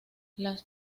las